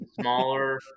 smaller